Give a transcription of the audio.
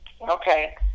Okay